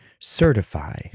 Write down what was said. certify